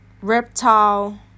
Reptile